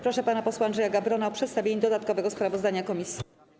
Proszę pana posła Andrzeja Gawrona o przedstawienie dodatkowego sprawozdania komisji.